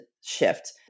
shift